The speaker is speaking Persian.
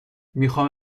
میخام